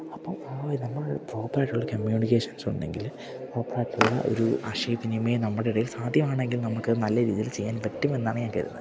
അപ്പം ആ ഒരു നമ്മള് പ്രോപ്പര് ആയിട്ടുള്ള കമ്മ്യൂണിക്കേഷൻസ് ഉണ്ടെങ്കില് പ്രോപ്പര് ആയിട്ടുള്ള ഒരു ആശയവിനിമയം നമ്മുടെയിടയിൽ സാധ്യമാണെങ്കിൽ നമുക്ക് നല്ല രീതിയിൽ ചെയ്യാൻ പറ്റുമെന്നാണ് ഞാൻ കരുതുന്നത്